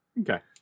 Okay